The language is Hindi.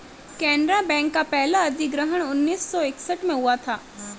केनरा बैंक का पहला अधिग्रहण उन्नीस सौ इकसठ में हुआ था